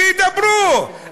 שידברו,